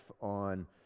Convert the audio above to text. on